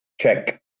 Check